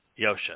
Yosha